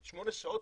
8 שעות,